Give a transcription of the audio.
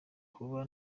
kuba